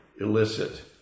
illicit